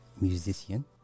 musician